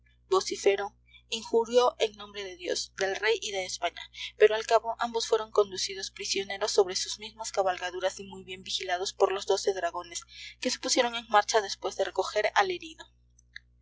vociferó injurió en nombre de dios del rey y de españa pero al cabo ambos fueron conducidos prisioneros sobre sus mismas cabalgaduras y muy bien vigilados por los doce dragones que se pusieron en marcha después de recoger al herido